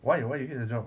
why why you hate the job